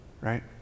right